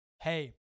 hey